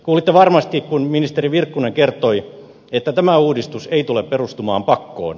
kuulitte varmasti kun ministeri virkkunen kertoi että tämä uudistus ei tule perustumaan pakkoon